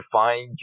find